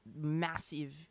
massive